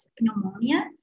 pneumonia